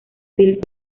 film